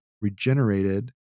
regenerated